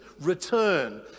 return